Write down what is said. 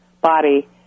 body